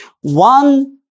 One